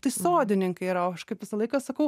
tai sodininkai yra o aš kaip visą laiką sakau